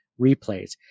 replays